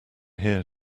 here